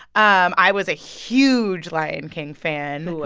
um i was a huge lion king fan. who